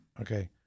Okay